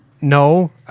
no